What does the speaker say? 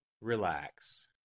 Relax